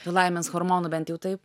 tų laimės hormonų bent jau taip